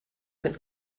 can